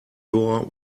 door